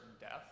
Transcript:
death